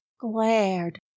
glared